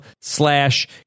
slash